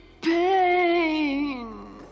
pain